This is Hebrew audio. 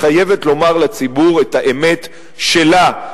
חייבת לומר לציבור את האמת שלה.